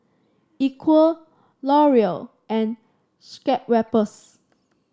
Equal Laurier and Schweppes